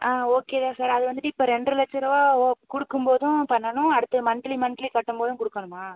ஆ okay தான் sir அது வந்துட்டு இப்போ ரெண்ட்ரை லட்சருபா ஓ கொடுக்கும் போதும் பண்ணணும் அடுத்தது மன்த்லி மன்த்லி கட்டும் போதும் கொடுக்கணுமா